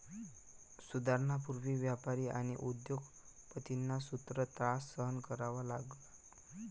सुधारणांपूर्वी व्यापारी आणि उद्योग पतींना खूप त्रास सहन करावा लागला